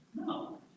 No